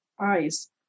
eyes